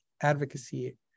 advocacy